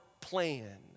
plan